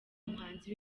umuhanzi